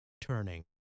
turning